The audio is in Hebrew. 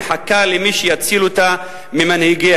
מחכה למי שיציל אותה ממנהיגיה,